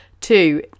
Two